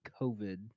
COVID